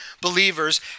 believers